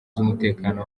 z’umutekano